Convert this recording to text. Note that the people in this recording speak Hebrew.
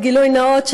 בגילוי נאות,